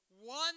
one